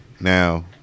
now